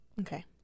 Okay